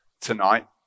tonight